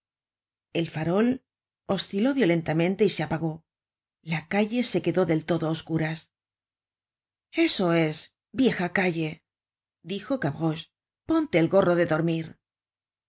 el farol osciló violentamente y se apagó la calle se quedó del todo á oscuras content from google book search generated at eso es vieja calle dijo gavroche ponte el gorro de dormir